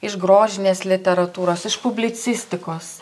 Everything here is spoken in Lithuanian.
iš grožinės literatūros iš publicistikos